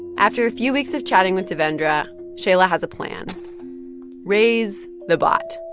after a few weeks of chatting with devendra, shaila has a plan raise the bot,